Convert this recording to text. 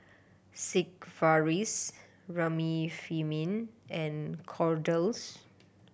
Sigvaris Remifemin and Kordel's